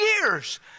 years